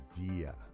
idea